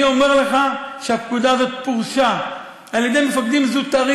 אני אומר לך שהפקודה הזאת פורשה על ידי מפקדים זוטרים